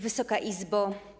Wysoka Izbo!